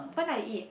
what I ate